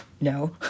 No